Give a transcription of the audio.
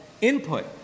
input